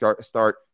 start